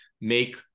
make